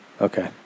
Okay